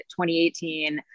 2018